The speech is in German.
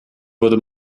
würde